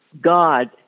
God